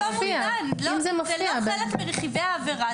זה לא חלק מרכיבי העבירה,